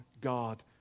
God